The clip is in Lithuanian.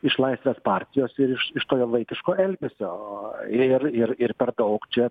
iš laisvės partijos ir iš iš tokio vaikiško elgesio ir ir ir per daug čia